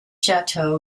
chateau